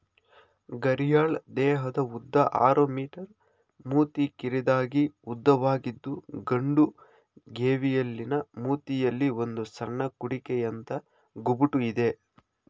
ಘರಿಯಾಲ್ ದೇಹದ ಉದ್ದ ಆರು ಮೀ ಮೂತಿ ಕಿರಿದಾಗಿ ಉದ್ದವಾಗಿದ್ದು ಗಂಡು ಗೇವಿಯಲಿನ ಮೂತಿಯಲ್ಲಿ ಒಂದು ಸಣ್ಣ ಕುಡಿಕೆಯಂಥ ಗುಬುಟು ಇದೆ